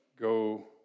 go